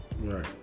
Right